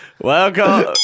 Welcome